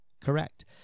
Correct